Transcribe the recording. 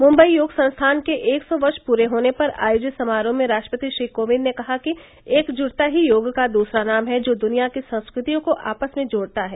मुम्बई योग संस्थान के एक सौ वर्ष पूरे होने पर आयोजित समारोह में राष्ट्रपति श्री कोविन्द ने कहा कि एकजुटता ही योग का दूसरा नाम है जो दुनिया की संस्कृतियों को आपस में जोडता है